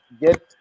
get